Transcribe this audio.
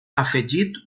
afegit